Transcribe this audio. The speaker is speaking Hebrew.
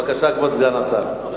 בבקשה, כבוד סגן השר.